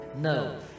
No